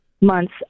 months